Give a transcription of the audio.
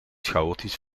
chaotisch